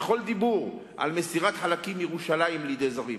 וכל דיבור על מסירת חלקים מירושלים לידי זרים.